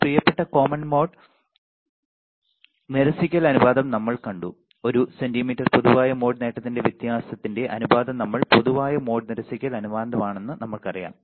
ഒരു പ്രിയപ്പെട്ട common mode നിരസിക്കൽ അനുപാതം നമ്മൾ കണ്ടു ഒരു സെന്റിമീറ്റർ പൊതുവായ മോഡ് നേട്ടത്തിന്റെ വ്യത്യാസത്തിന്റെ അനുപാതം നമ്മളുടെ പൊതുവായ മോഡ് നിരസിക്കൽ അനുപാതമാണെന്ന് നമ്മൾക്കറിയാം